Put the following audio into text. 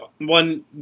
one